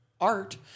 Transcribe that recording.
art